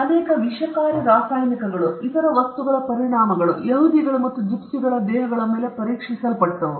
ಅನೇಕ ವಿಷಕಾರಿ ರಾಸಾಯನಿಕಗಳು ಮತ್ತು ಇತರ ವಸ್ತುಗಳ ಪರಿಣಾಮಗಳು ಯಹೂದಿಗಳು ಮತ್ತು ಜಿಪ್ಸಿಗಳ ದೇಹಗಳ ಮೇಲೆ ಪರೀಕ್ಷಿಸಲ್ಪಟ್ಟವು